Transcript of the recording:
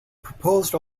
proposed